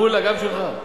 מולה, גם שלך.